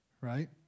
right